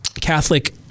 Catholic